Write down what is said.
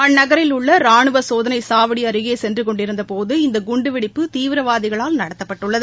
அந்நகரில் உள்ள சரானுவ சுசோதனை சாவடி அருகே சுசென்று சுகொண்டிருந்தபோது இந்த குண்டுவெடிப்பு தீவிரவாதிகளால் நடத்தப்பட்டுள்ளது